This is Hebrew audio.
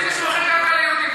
תגיד.